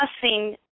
discussing